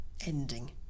ending